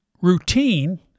routine